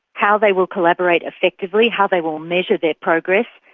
how they will collaborate effectively, how they will measure their progress.